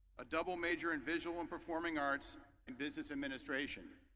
a double major in visual and performing arts and business administration.